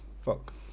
fuck